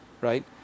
right